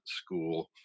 school